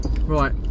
Right